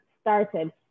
started